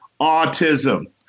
autism